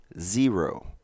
Zero